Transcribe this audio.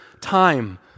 time